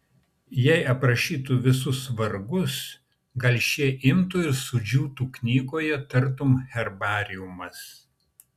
jei aprašytų visus vargus gal šie imtų ir sudžiūtų knygoje tarytum herbariumas